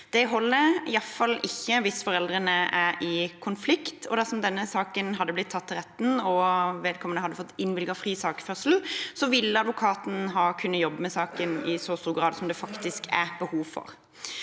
Det holder i alle fall ikke hvis foreldrene er i konflikt, og dersom saken hadde blitt tatt til retten og vedkommende hadde fått innvilget fri sakførsel, ville advokaten ha kunnet jobbe med saken i så stor grad som det faktisk er behov for.